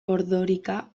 ordorika